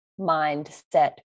mindset